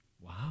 Wow